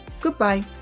goodbye